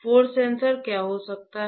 force sensor क्या हो सकता है